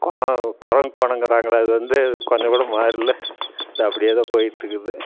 குணம் குரங்கு குணங்கறாங்களே அது வந்து கொஞ்சம் கூட மாறல அது அப்படியே தான் போய்கிட்ருக்குது